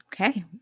Okay